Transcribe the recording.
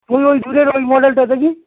ওই ওই দূরের ওই মডেলটা দেখি